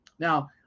Now